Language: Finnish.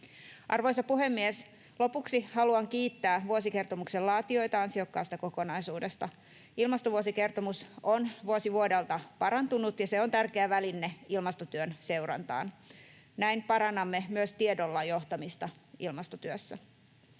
Arvoisa puhemies! Lopuksi haluan kiittää vuosikertomuksen laatijoita ansiokkaasta kokonaisuudesta. Ilmastovuosikertomus on vuosi vuodelta parantunut, ja se on tärkeä väline ilmastotyön seurantaan. Näin parannamme myös tiedolla johtamista ilmastotyössä.